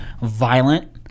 violent